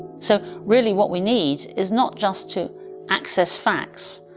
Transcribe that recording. so really what we need is not just to access facts,